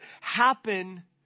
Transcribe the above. happen